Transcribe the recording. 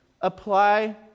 apply